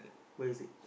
where is it